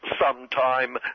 sometime